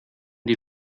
die